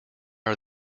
are